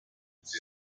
sie